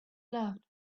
loved